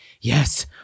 Yes